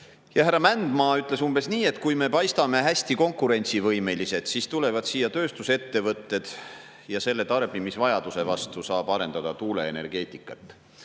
Härra Mändmaa ütles umbes nii, et kui me paistame hästi konkurentsivõimelised, siis tulevad siia tööstusettevõtted ja selle tarbimisvajaduse vastu saab arendada tuuleenergeetikat.